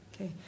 Okay